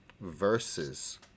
Verses